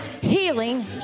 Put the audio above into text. Healing